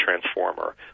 transformer